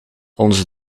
onze